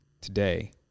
today